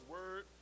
Word